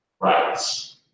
rights